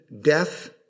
death